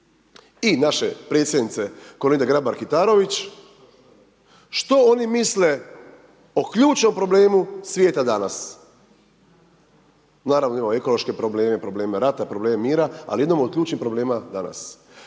i naše Predsjednice Kolinde Grabar Kitarović, što oni misle o ključnom problemu svijeta danas, naravno imamo ekološke probleme, probleme rata, probleme mira, ali jednom od ključnih problema danas.